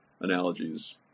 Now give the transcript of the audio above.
analogies